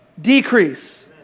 decrease